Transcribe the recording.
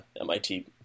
MIT